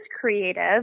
creative